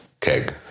keg